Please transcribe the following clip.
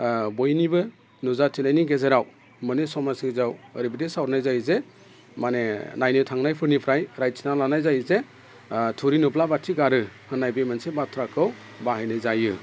बयनिबो नुजाथिनायनि गेजेराव मोननै समाजनि गेजेराव ओरैबायदि सावरायनाय जायो जे माने नायनो थांनायफोरनिफ्राय रायथिनानै लानाय जायो जे थुरि नुब्ला बाथि गारो होननाय बे मोनसे बाथ्राखौ बाहायनाय जायो